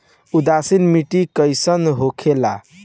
उदासीन मिट्टी कईसन होखेला?